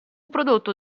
prodotto